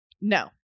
No